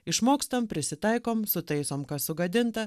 išmokstam prisitaikom sutaisom kas sugadinta